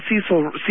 Cecil